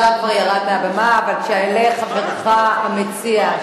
השר, השר ירד מהבמה, אבל יעלה חברך המציע.